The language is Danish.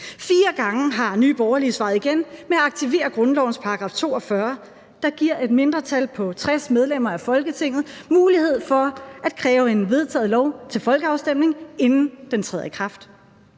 Fire gange har Nye Borgerlige svaret igen med at aktivere grundlovens § 42, der giver et mindretal på 60 medlemmer af Folketinget mulighed for at kræve en vedtaget lov sendt til folkeafstemning, inden den træder i kraft.